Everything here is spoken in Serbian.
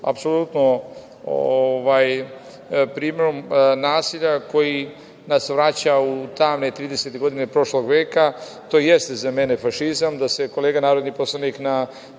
apsolutno primerom nasilja koji nas vraća u davne tridesete godine prošlog veka. To jeste za mene fašizam, da se kolega narodni poslanik na